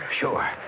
sure